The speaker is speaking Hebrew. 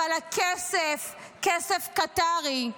אבל הכסף כסף קטארי.